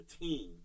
team